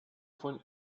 von